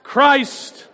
Christ